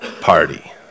party